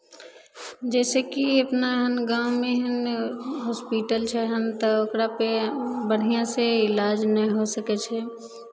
जइसे कि अपना एहन गाँवमे एहेन हॉस्पिटल छै एहन तऽ ओकरापे बढ़िआँसँ इलाज नहि हो सकै छै